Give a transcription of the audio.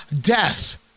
death